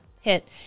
hit